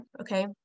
okay